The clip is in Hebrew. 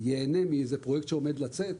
לנמל ייהנה מפרויקט שעומד לצאת